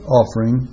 offering